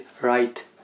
right